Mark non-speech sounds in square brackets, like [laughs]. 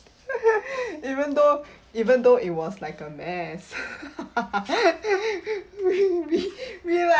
[laughs] [breath] even though even though it was like a mess [laughs] we we we like